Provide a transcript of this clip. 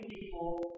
people